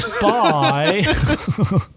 bye